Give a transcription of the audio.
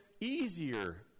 easier